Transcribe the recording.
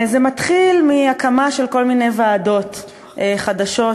זה מתחיל בהקמה של כל מיני ועדות חדשות,